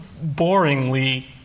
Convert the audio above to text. boringly